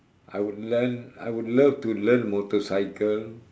I would learn I would love to learn motorcycle